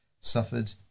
suffered